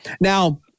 Now